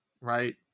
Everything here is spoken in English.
right